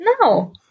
No